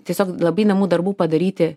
tiesiog labai namų darbų padaryti